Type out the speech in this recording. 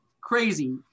crazy